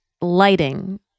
lighting